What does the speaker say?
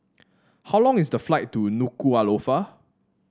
how long is the flight to Nuku'alofa